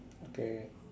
okay